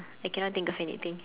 I cannot think of anything